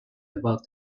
about